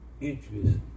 interest